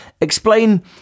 explain